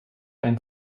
ein